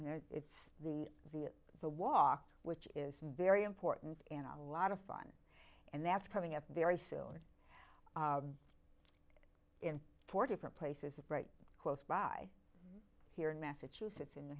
they're it's the the the walk which is very important in a lot of fun and that's coming up very soon in four different places right close by here in massachusetts in